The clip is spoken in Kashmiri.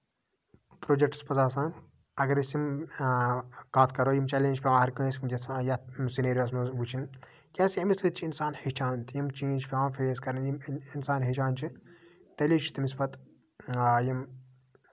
پروجٮ۪کٹَس منٛز آسان اَگر أسۍ یِم کَتھ کرو یِم چیلینجٔس چھِ آسان ہَر کٲنسہِ وٕنکٮ۪س یَتھ سری نَگرَس منٛز وٕچھٕنۍ کیازِ کہِ اَمہِ سۭتۍ چھُ اِنسان ہیٚچھان تہِ یِم چیٖز چھِ پٮ۪وان فیس کَرٕنۍ یِم اِنسان ہیٚچھان چھُ تیٚلی چھُ تٔمِس پَتہٕ یِم